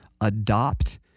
adopt